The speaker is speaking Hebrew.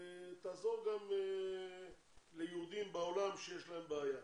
תעזור גם ליהודים בעולם שיש להם בעיה.